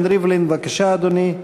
חבר הכנסת ראובן ריבלין, בבקשה, אדוני.